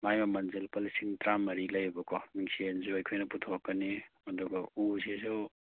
ꯃꯥꯏ ꯃꯃꯟꯁꯦ ꯂꯨꯄꯥ ꯂꯤꯁꯤꯡ ꯇꯔꯥꯃꯔꯤ ꯂꯩꯌꯦꯕꯀꯣ ꯃꯤꯡꯁꯦꯟꯁꯨ ꯑꯩꯈꯣꯏꯅ ꯄꯨꯊꯣꯛꯀꯅꯤ ꯑꯗꯨꯒ ꯎꯁꯤꯁꯨ